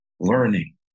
Learning